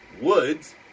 Woods